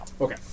Okay